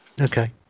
Okay